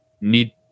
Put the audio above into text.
need